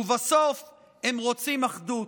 ובסוף הם רוצים אחדות.